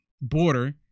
border